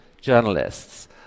journalists